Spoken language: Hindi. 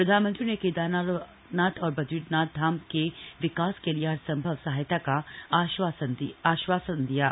प्रधानमंत्री ने केदारनाथ और बद्रीनाथ धाम के विकास के लिए हर सम्भव सहायता का आश्वासन दिया है